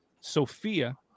Sophia